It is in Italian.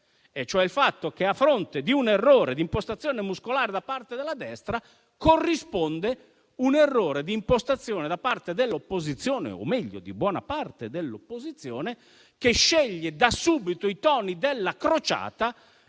e cioè il fatto che, a fronte di un errore di impostazione muscolare da parte della destra, corrisponde un errore di impostazione da parte dell'opposizione - o meglio di buona parte di essa - che sceglie da subito i toni della crociata,